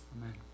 Amen